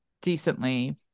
decently